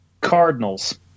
Cardinals